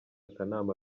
kanama